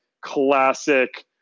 classic